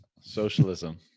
Socialism